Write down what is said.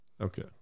Okay